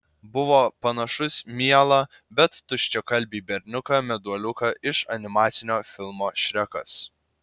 buvo panašus mielą bet tuščiakalbį berniuką meduoliuką iš animacinio filmo šrekas